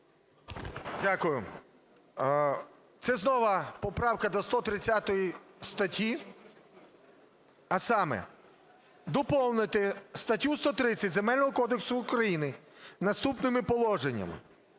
Дякую. Це знову поправка до 130 статті. А саме: доповнити статтю 130 Земельного кодексу України наступними положеннями.